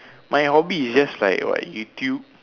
my hobby is just like what YouTube